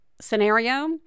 scenario